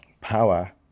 power